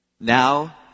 now